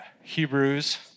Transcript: Hebrews